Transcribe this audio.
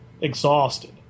exhausted